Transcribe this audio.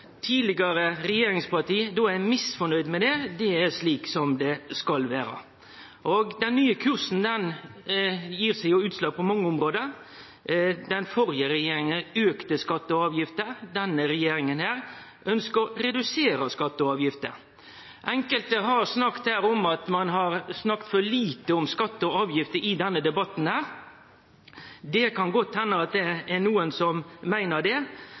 tidlegare regjeringsparti då er misfornøgde med det, er slik det skal vere. Den nye kursen gir seg utslag på mange område – den førre regjeringa auka skattar og avgifter, denne regjeringa ønskjer å redusere skattar og avgifter. Enkelte har her snakka om at ein har snakka for lite om skattar og avgifter i denne debatten. Det kan godt hende at det er nokon som meiner det,